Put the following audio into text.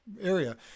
Area